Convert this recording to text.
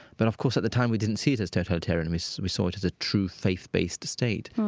but of course at the time we didn't see it as totalitarian, and we so we saw it as a true faith-based state,